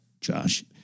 Josh